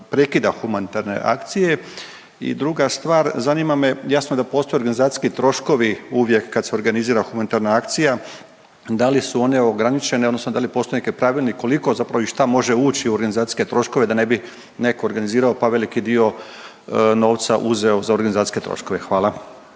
prekida humanitarne akcije? I druga stvar, zanima me jasno da postoji organizacijski troškovi uvijek kad se organizira humanitarna akcija da li one ograničene odnosno da li postoji nekakav pravilnik koliko zapravo i šta može ući u organizacijske troškove da ne bi neko organizirao pa veliki dio novca uzeo za organizacijske troškove? Hvala.